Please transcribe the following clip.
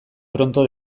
pronto